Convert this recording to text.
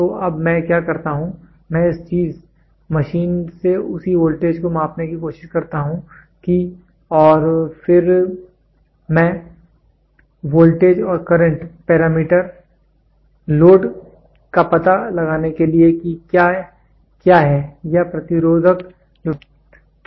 तो अब मैं क्या करता हूं मैं इस चीज मशीन से उसी वोल्टेज को मापने की कोशिश करता हूं कि और फिर I मैं वोल्टेज और करंट पैरामीटर लोड का पता लगाने के लिए कि क्या है या प्रतिरोधक जो विकसित हो रहा है